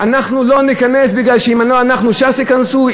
אנחנו לא נצא בגלל שאם אנחנו לא שם ש"ס ייכנסו.